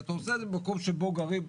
אתה עושה את זה במקום שבו גרים.